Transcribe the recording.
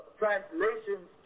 translations